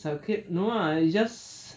sakit no ah it just